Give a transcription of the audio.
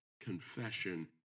confession